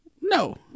no